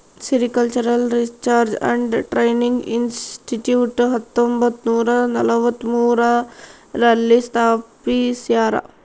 sericultural research and training institute ಹತ್ತೊಂಬತ್ತುನೂರ ನಲವತ್ಮೂರು ರಲ್ಲಿ ಸ್ಥಾಪಿಸ್ಯಾರ